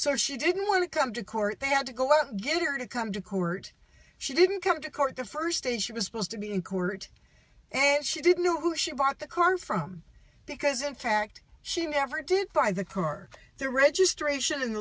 so she didn't want to come to court they had to go and get her to come to court she didn't come to court the first day she was supposed to be in court and she didn't know who she bought the car from because in fact she never did buy the car the registration